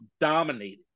dominated